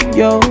yo